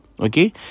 Okay